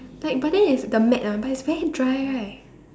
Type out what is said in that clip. like but then it's the matte one but it's very dry right